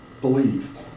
believe